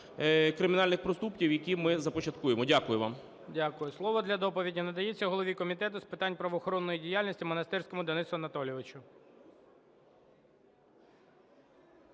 кримінальних проступків, які ми започаткуємо. Дякую вам. ГОЛОВУЮЧИЙ. Дякую. Слово для доповіді надається голові Комітету з питань правоохоронної діяльності Монастирському Денису Анатолійовичу.